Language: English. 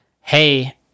Hey